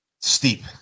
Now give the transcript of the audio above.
steep